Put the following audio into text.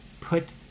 put